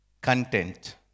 Content